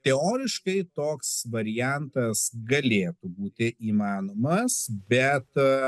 teoriškai toks variantas galėtų būti įmanomas bet